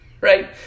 Right